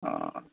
অঁ